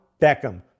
Beckham